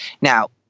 Now